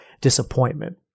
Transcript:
disappointment